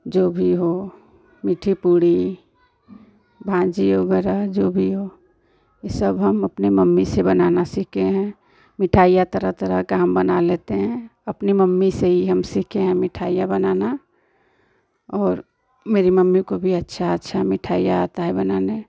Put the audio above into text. जो भी हो मीठी पूड़ी भाजी वग़ैरह जो भी हो यह सब हम अपनी मम्मी से बनाना सीखे हैं मिठाइयाँ तर तरह की हम बना लेते हैं अपनी मम्मी से हम सीखे हैं मिठाइयाँ बनाना और मेरी मम्मी को भी अच्छी अच्छी मिठाइयाँ आती हैं बनानी